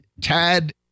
Tad